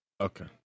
Okay